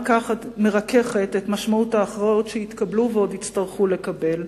מרככת את משמעות ההכרעות שהתקבלו ועוד יצטרכו לקבל.